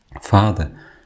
Father